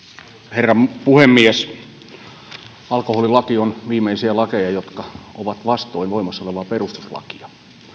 herra puhemies alkoholilaki on viimeisiä lakeja jotka ovat vastoin voimassa olevaa perustuslakia